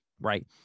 right